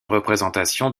représentation